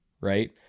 Right